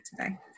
today